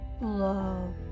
love